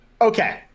Okay